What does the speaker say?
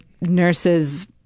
nurses